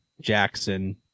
Jackson